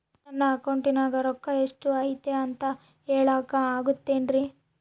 ನನ್ನ ಅಕೌಂಟಿನ್ಯಾಗ ರೊಕ್ಕ ಎಷ್ಟು ಐತಿ ಅಂತ ಹೇಳಕ ಆಗುತ್ತೆನ್ರಿ?